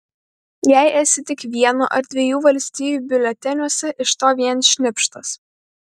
jei esi tik vieno ar dviejų valstijų biuleteniuose iš to vien šnipštas